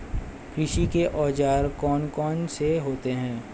कृषि के औजार कौन कौन से होते हैं?